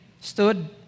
stood